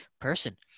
person